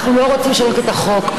אנחנו לא רוצים לשנות את החוק.